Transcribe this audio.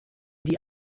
die